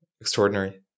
extraordinary